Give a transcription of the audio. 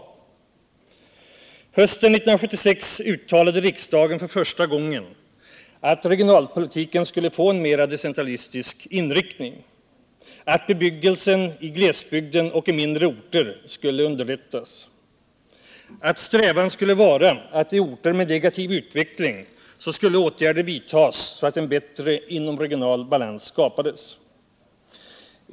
Hösten 1976 uttalade riksdagen för första gången att regionalpolitiken skulle få en mera decentralistisk inriktning, att bebyggelsen i glesbygden och i mindre orter skulle underlättas och att strävan skulle vara att i orter med negativ utveckling vidta åtgärder så att en bättre inomregional balans skapades.